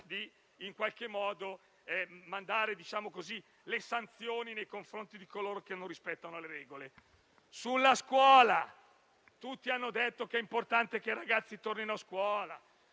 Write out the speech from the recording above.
anche nell'applicare le sanzioni nei confronti di coloro che non rispettano le regole. Sulla scuola, tutti hanno detto che è importante che i ragazzi tornino a scuola,